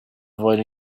avoid